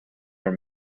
were